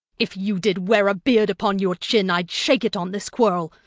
if you did wear a beard upon your chin, i'ld shake it on this quarrel.